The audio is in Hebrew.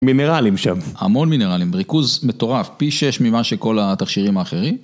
מינרלים שם, המון מינרלים, ריכוז מטורף, פי 6 ממה שכל התכשירים האחרים